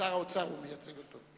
שר האוצר מייצג אותו.